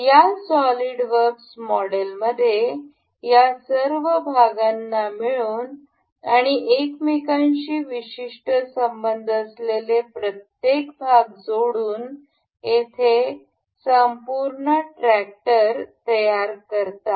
या सॉलिडवर्क्स मॉडेलमध्ये या सर्व भागांना मिळून आणि एकमेकांशी विशिष्ट संबंध असलेले प्रत्येक भाग जोडून येथे संपूर्ण ट्रॅक्टर तयार करतात